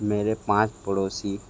मेरे पाँच पड़ोसी